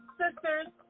sisters